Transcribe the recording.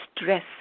stress